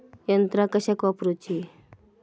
यंत्रा कशाक वापुरूची?